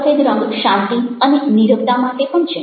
સફેદ રંગ શાંતિ અને નીરવતા માટે પણ છે